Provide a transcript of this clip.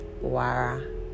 Wara